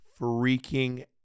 freaking